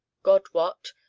god wot,